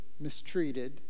mistreated